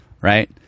right